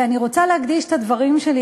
ואני רוצה להקדיש את הדברים שלי,